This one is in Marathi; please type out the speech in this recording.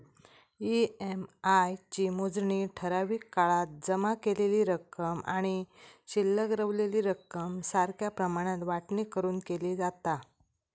ई.एम.आय ची मोजणी ठराविक काळात जमा केलेली रक्कम आणि शिल्लक रवलेली रक्कम सारख्या प्रमाणात वाटणी करून केली जाता